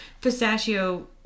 pistachio